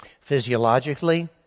Physiologically